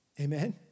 Amen